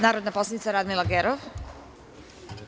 Narodna poslanica Radmila Gerov.